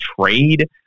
trade